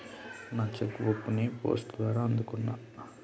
నా cheque book ని post ద్వారా అందుకున్నా